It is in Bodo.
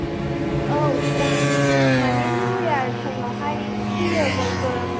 औ दा मानि निउ इयार टाइमाव हाय फैयो बयबो